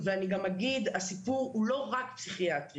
אז אני דווקא רוצה לשמוע וגם על רקע צו ההרחקה שפורסם בתקשורת.